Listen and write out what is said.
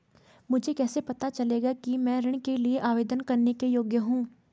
मुझे कैसे पता चलेगा कि मैं ऋण के लिए आवेदन करने के योग्य हूँ?